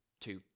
two